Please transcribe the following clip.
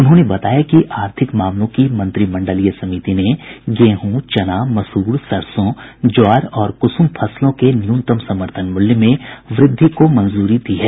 उन्होंने बताया कि आर्थिक मामलों की मंत्रिमंडलीय समिति ने गेहूं चना मसूर सरसों ज्वार और कुसुम फसलों के न्यूनतम समर्थन मूल्य में वृद्धि को मंजूरी दी है